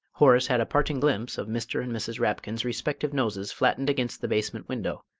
horace had a parting glimpse of mr. and mrs. rapkin's respective noses flattened against the basement window,